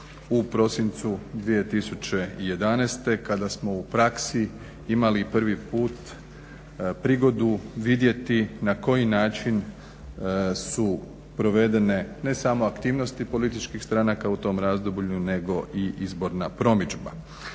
u prosincu 2011. kada smo u praksi imali prvi put vidjeti prigodu vidjeti na koji način su provedene, ne samo aktivnosti političkih stranaka u tom razdoblju, nego i izborna promidžba.